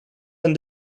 and